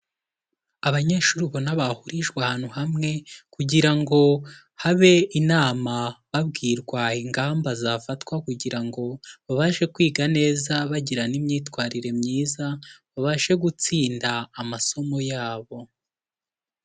Abanyeshuri ubona bahurijwe ahantu hamwe kugira ngo habe inama, babwirwa ingamba zafatwa kugira ngo babashe kwiga neza bagira n'imyitwarire myiza, babashe gutsinda amasomo yabo.